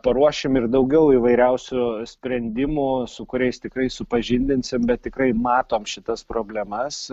paruošim ir daugiau įvairiausių sprendimų su kuriais tikrai supažindinsim bet tikrai matom šitas problemas